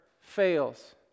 fails